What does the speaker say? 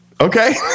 Okay